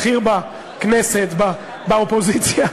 בכיר בכנסת, באופוזיציה,